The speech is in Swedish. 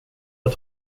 att